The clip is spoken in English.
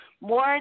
more